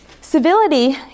Civility